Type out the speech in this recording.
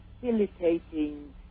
facilitating